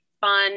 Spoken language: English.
fun